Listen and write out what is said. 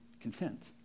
content